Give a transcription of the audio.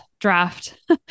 draft